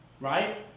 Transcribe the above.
right